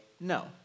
no